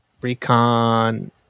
Recon